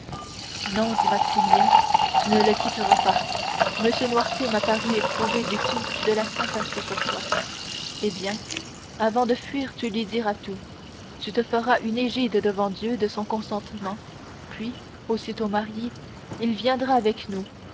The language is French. non dit maximilien tu ne le quitteras pas m noirtier a paru éprouver dis-tu de la sympathie pour moi eh bien avant de fuir tu lui diras tout tu te feras une égide devant dieu de son consentement puis aussitôt mariés il viendra avec nous